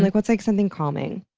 like, what's like something calming?